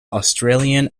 australian